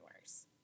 worse